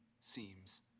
seems